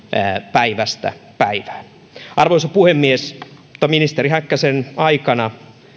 päivästä päivään arvoisa puhemies ministeri häkkäsen aikana kriminaalipolitiikkaa